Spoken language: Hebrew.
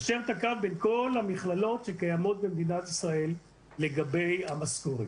ליישר את הקו בין כל המכללות שקיימות במדינת ישראל לגבי המשכורת.